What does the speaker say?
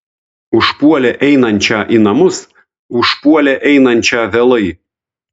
užpuolė einančią į namus užpuolė einančią vėlai